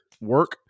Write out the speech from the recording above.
work